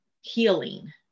healing